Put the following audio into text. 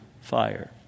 fire